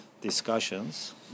discussions